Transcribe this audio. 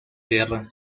guerra